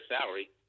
salary